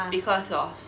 because of